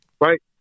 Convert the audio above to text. right